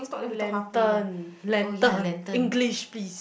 lantern lantern English please